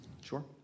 sure